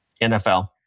NFL